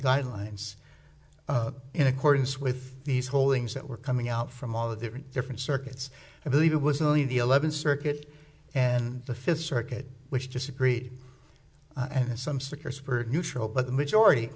guidelines in accordance with these holdings that were coming out from all the different different circuits i believe it was million the eleventh circuit and the fifth circuit which disagreed and some stickers for neutral but the majority